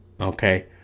okay